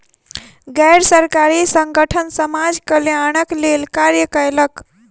गैर सरकारी संगठन समाज कल्याणक लेल कार्य कयलक